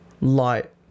light